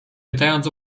pytając